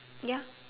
ya